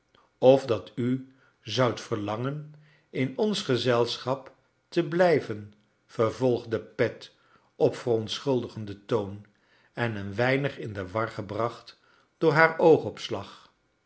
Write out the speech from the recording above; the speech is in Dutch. of dat u zoudt verlangen in ons gezelschap te blijven vervolgde pet op verontschuldigden toon en een weinig in de war gebracht door haar oogoj